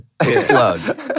explode